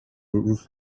roof